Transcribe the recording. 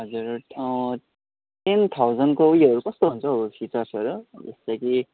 हजुर टेन थाउजन्डको उयोहरू कस्तो हुन्छ हौ फिचर्सहरू जस्तै कि